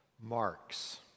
Marks